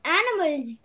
animals